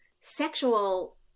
sexual